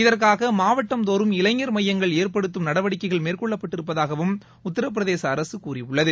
இதற்காகமாவட்டந்தோறும் இளைஞர் மையங்கள் ஏற்டுத்தம் நடவடிக்கைகள் மேற்கொள்ளப்பட்டிருப்பதாகவும் உத்திரபிரதேசஅரசுகூறியுள்ளது